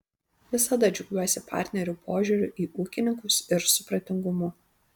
visada džiaugiuosi partnerių požiūriu į ūkininkus ir supratingumu